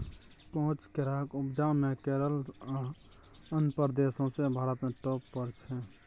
काँच केराक उपजा मे केरल आ आंध्र प्रदेश सौंसे भारत मे टाँप पर छै